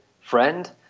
friend